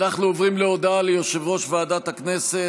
אנחנו עוברים להודעה ליושב-ראש ועדת הכנסת,